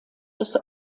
des